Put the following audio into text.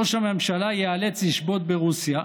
ראש הממשלה ייאלץ לשבות ברוסיה,